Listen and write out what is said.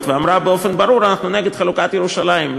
ואמרה באופן ברור: אנחנו נגד חלוקת ירושלים.